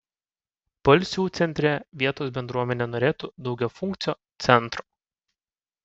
balsių centre vietos bendruomenė norėtų daugiafunkcio centro